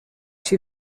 she